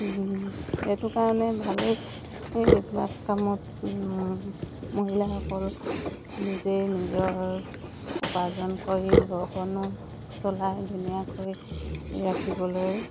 এইটো কাৰণে ভালেই এইবিলাক কামত মহিলাসকল নিজেই নিজৰ উপাৰ্জন কৰি ঘৰখনো চলায় ধুনীয়াকৈ ৰাখিবলৈ